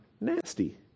nasty